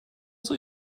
soll